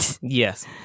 yes